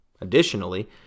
Additionally